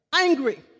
angry